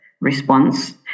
response